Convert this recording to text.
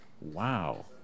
wow